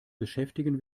beschäftigen